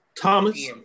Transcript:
Thomas